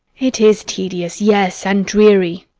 it is tedious, yes, and dreary!